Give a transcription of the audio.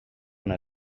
una